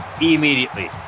immediately